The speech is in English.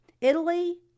Italy